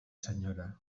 senyora